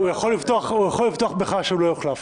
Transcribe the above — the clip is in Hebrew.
הוא יכול לסמוך עליך שהוא לא יוחלף.